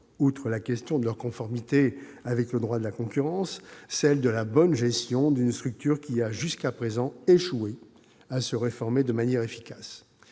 outre la question de leur conformité au droit de la concurrence, celle de la bonne gestion d'une structure qui a jusqu'à présent échoué à se réformer de manière efficace.